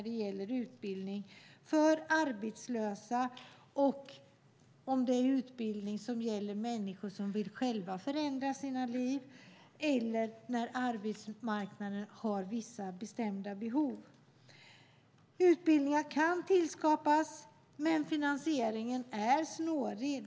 Det gäller utbildning för arbetslösa, utbildning för människor som själva vill förändra sina liv eller när arbetsmarknaden har vissa bestämda behov. Utbildningar kan tillskapas, men finansieringen är snårig.